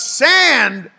sand